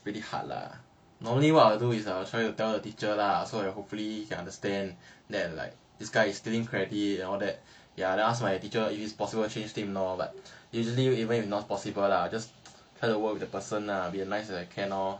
pretty hard lah normally what I'll do is try to tell the teacher lah so ya hopefully he understand that like this guy is stealing credit and all that ya then ask my teacher if it's possible to change team lor but usually even if it's not possible lah try to work with the person ah be as nice as I can